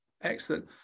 Excellent